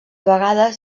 vegades